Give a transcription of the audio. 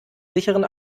sicheren